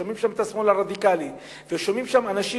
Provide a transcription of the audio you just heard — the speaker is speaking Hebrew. שומעים שם את השמאל הרדיקלי ושומעים שם אנשים